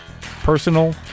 Personal